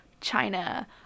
China